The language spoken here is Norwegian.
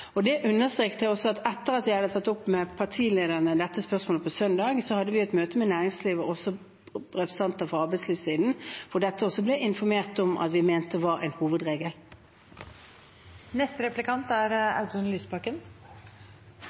og etter at jeg hadde tatt opp dette spørsmålet med partilederne på søndag, hadde vi et møte med næringslivet og representanter for arbeidslivssiden, hvor det også ble informert om at vi mente dette var en hovedregel. Med den innrammingen som nå er